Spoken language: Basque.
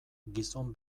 gizon